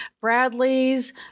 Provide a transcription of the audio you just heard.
Bradley's